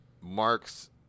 marks